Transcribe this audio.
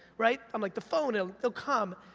right? i'm like, the phone, they'll they'll come.